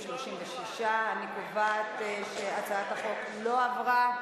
46. אני קובעת שהצעת החוק לא עברה.